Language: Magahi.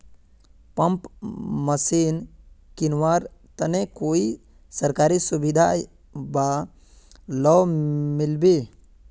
पंप मशीन किनवार तने कोई सरकारी सुविधा बा लव मिल्बी?